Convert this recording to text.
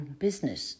business